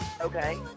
Okay